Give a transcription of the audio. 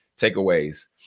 takeaways